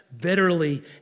bitterly